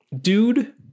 dude